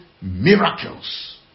miracles